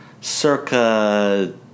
Circa